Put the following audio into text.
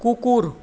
কুকুর